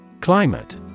Climate